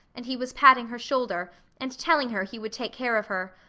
and he was patting her shoulder and telling her he would take care of her,